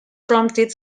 prompted